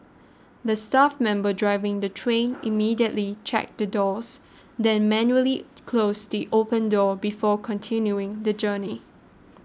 the staff member driving the train immediately checked the doors then manually closed the open door before continuing the journey